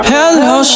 Hello